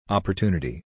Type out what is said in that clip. Opportunity